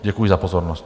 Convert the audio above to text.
Děkuji za pozornost.